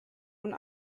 und